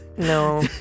No